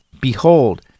Behold